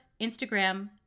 Instagram